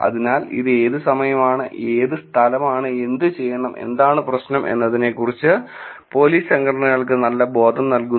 അതിനാൽ ഇത് ഏത് സമയമാണ് ഏത് സ്ഥലമാണ് എന്തുചെയ്യണം എന്താണ് പ്രശ്നം എന്നതിനെക്കുറിച്ച് പോലീസ് സംഘടനകൾക്ക് നല്ല ബോധം നൽകുന്നു